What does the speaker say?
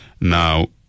Now